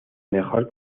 mejor